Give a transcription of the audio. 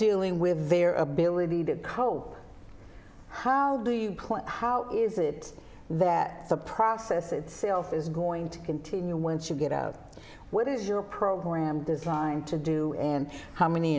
dealing with their ability to cope how do you plan how is it that the process itself is going to continue once you get out what is your program designed to do and how many